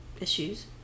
issues